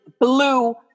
blue